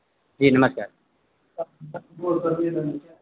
जी नमस्कार